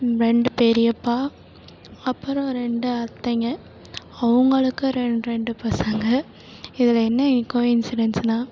ரெண்டு பெரியப்பா அப்புறம் ரெண்டு அத்தைங்க அவங்களுக்கு ரெண்டு ரெண்டு பசங்க இதில் என்ன கோஇன்சிடென்ட்ஸுனால்